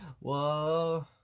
whoa